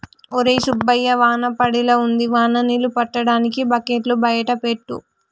ఒరై సుబ్బయ్య వాన పడేలా ఉంది వాన నీళ్ళు పట్టటానికి బకెట్లు బయట పెట్టు